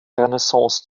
renaissance